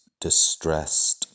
distressed